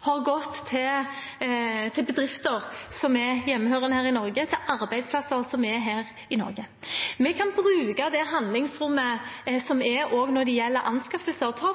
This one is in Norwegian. har gått til bedrifter som er hjemmehørende her i Norge, til arbeidsplasser som er her i Norge. Vi kan bruke det handlingsrommet som er, også når det gjelder anskaffelser. Ta